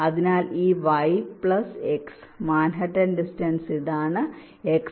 അതിനാൽ ഈ y plus x Manhattan distance ഇതാണ് x പ്ലസ് y